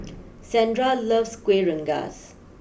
Sandra loves Kuih Rengas